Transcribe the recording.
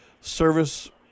service